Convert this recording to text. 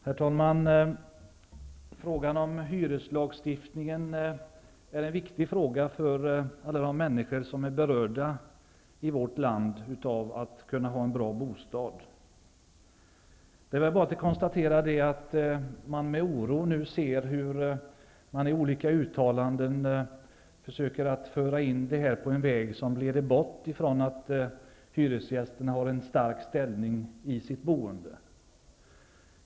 Herr talman! Frågan om hyreslagstiftningen är en viktig fråga för alla människor som vill ha en bra bostad. Vi ser nu med oro på vissa uttalanden, där det framgår att man försökt föra in det hela på en väg som leder bort från hyresgästernas starka ställning i sitt boende.